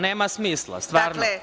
Nema smisla, stvarno.